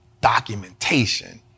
documentation